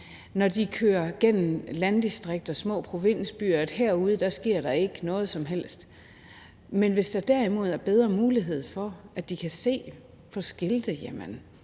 når de kører igennem landdistrikter og små provinsbyer, at herude sker der ikke noget som helst. Men hvis der derimod er bedre mulighed for at se på skilte,